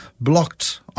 blocked